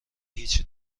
هیچی